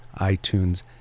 iTunes